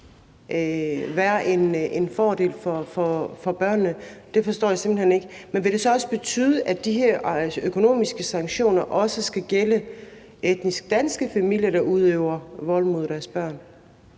være en fordel for børnene? Det forstår jeg simpelt hen ikke. Men vil det så også betyde, at de her økonomiske sanktioner også skal gælde etnisk danske forældre, der udøver vold mod deres børn?